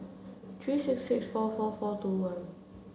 three six six four four four two one